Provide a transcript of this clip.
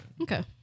Okay